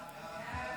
ההצעה